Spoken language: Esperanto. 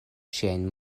ŝiajn